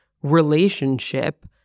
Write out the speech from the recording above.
relationship